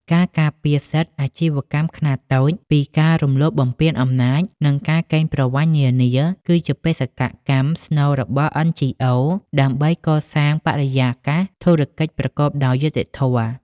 ការការពារសិទ្ធិអាជីវករខ្នាតតូចពីការរំលោភបំពានអំណាច និងការកេងប្រវ័ញ្ចនានា គឺជាបេសកកម្មស្នូលរបស់ NGOs ដើម្បីកសាងបរិយាកាសធុរកិច្ចប្រកបដោយយុត្តិធម៌។